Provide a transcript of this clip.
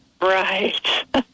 right